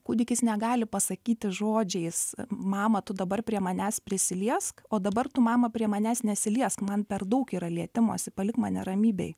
kūdikis negali pasakyti žodžiais mama tu dabar prie manęs prisiliesk o dabar tu mama prie manęs nesiliesk man per daug yra lietimosi palik mane ramybėj